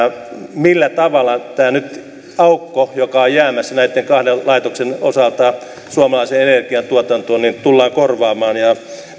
millä tavalla nyt tämä aukko joka on jäämässä näiden kahden laitoksen osalta suomalaiseen energiantuotantoon tullaan korvaamaan ja